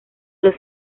los